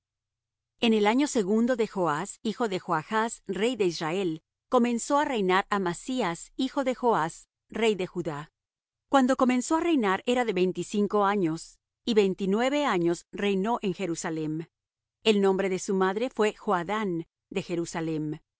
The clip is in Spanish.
en el año veintisiete de jeroboam rey de israel comenzó á reinar azarías hijo de amasías rey de judá cuando comenzó á reinar era de dieciséis años y cincuenta y dos años reinó en jerusalem el nombre de su madre fué jecolía de jerusalem